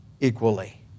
equally